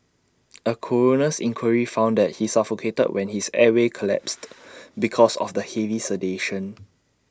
A coroner's inquiry found that he suffocated when his airway collapsed because of the heavy sedation